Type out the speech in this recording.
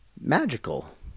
magical